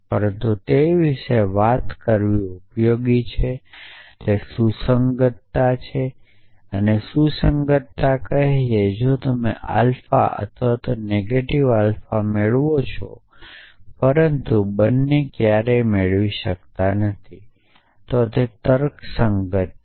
પરંતુ તે વિશે વાત કરવી ઉપયોગી છે તે સુસંગતતા છે સુસંગતતા કહે છે કે જો તમે આલ્ફા અથવા નેગેટિવ આલ્ફાને મેળવો છો પરંતુ બંને ક્યારેય સાથે ક્યારેય ન મેળવી શકતા હોવ તો તે તર્ક સુસંગત છે